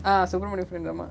ah subramani friend ஆமா:aama